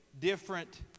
different